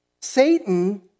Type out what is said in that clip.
Satan